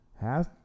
half